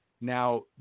Now